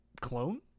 clone